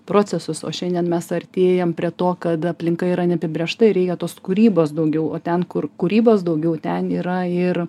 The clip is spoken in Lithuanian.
procesus o šiandien mes artėjam prie to kad aplinka yra neapibrėžta ir reikia tos kūrybos daugiau o ten kur kūrybos daugiau ten yra ir